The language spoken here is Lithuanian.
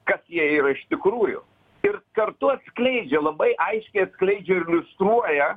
kas jie yra iš tikrųjų ir kartu atskleidžia labai aiškiai atskleidžia ir iliustruoja